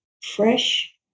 fresh